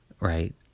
right